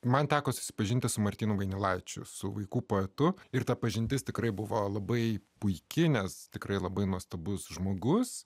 man teko susipažinti su martynu vainilaičiu su vaikų poetu ir ta pažintis tikrai buvo labai puiki nes tikrai labai nuostabus žmogus